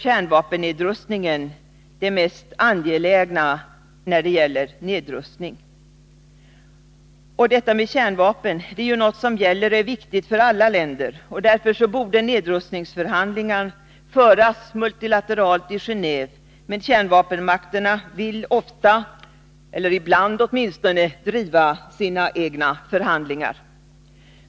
Kärnvapennedrustningen är därför det mest angelägna i nedrustningen. Detta med kärnvapen är något som gäller och är viktigt för alla länder. Därför borde nedrustningsförhandlingar föras multilateralt i Genéve. Men kärnvapenmakterna vill — åtminstone ibland — driva sina egna förhandlingar.